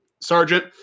sergeant